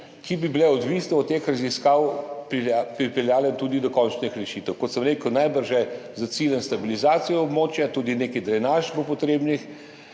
ki bi bile odvisne od teh raziskav in bi pripeljale tudi do končnih rešitev. Kot sem rekel, najbrž že s ciljem stabilizacije območja, tudi nekaj drenaž bo potrebnih